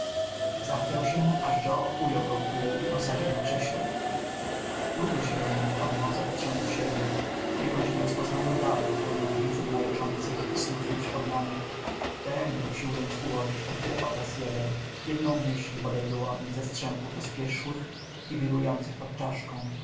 zachwiał się aż joe ujął go wpół i posadził na krześle długo siedział nieruchomo zapatrzony w siebie w jakąś nierozpoznaną dal pełną widzeń majaczących i snów nieprzypomnianych daremnie usiłując ułożyć choćby obraz jeden jedną myśl bodaj wyłonić ze strzępów rozpierzchłych i wirujących pod czaszką